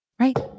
Right